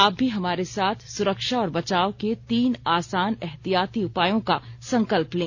आप भी हमारे साथ सुरक्षा और बचाव के तीन आसान एहतियाती उपायों का संकल्प लें